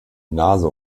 nase